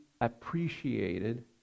appreciated